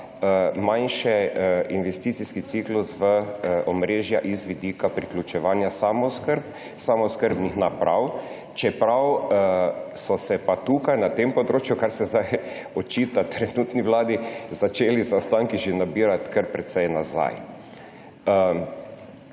manjši investicijski ciklus v omrežja z vidika priključevanja samooskrbnih naprav, čeprav so se pa tukaj na tem področju, kar se zdaj očita trenutni vladi, začeli zaostanki nabirati že kar precej nazaj.